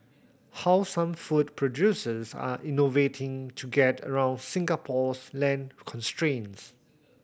how some food producers are innovating to get around Singapore's land constraints